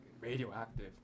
radioactive